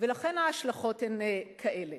ולכן ההשלכות הן כאלה.